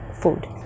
food